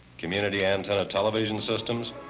community antenna television systems,